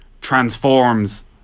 transforms